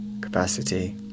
capacity